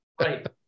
Right